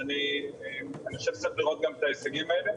אז אני חושב שצריך לראות גם את ההישגים האלה.